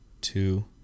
two